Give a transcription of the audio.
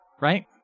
Right